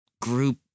group